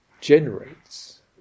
generates